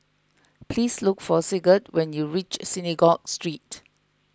please look for Sigurd when you reach Synagogue Street